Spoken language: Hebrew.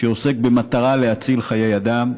שעוסק במטרה להציל חיי אדם,